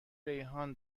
ریحان